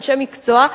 אנשי מקצוע,